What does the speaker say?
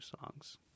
songs